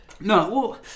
No